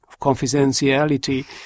confidentiality